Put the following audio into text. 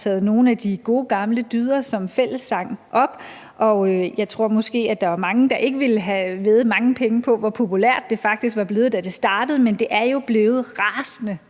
har taget nogle af de gode gamle dyder som fællessang op. Jeg tror, at der måske er mange, der ikke ville have væddet mange penge på, da det startede, hvor populært det faktisk er blevet, men det er jo blevet rasende